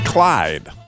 Clyde